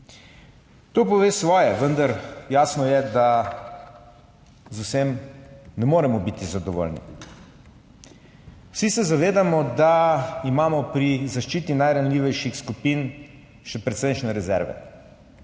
To pove svoje, vendar je jasno, da z vsem ne moremo biti zadovoljni. Vsi se zavedamo, da imamo pri zaščiti najranljivejših skupin še precejšnje rezerve,